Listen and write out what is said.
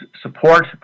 support